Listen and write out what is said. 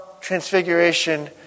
Transfiguration